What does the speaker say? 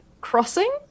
crossing